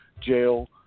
jail